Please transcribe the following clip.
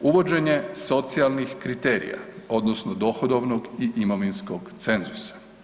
uvođenje socijalnih kriterija odnosno dohodovnog i imovinskog cenzusa.